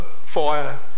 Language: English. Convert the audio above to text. fire